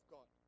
God